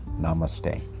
Namaste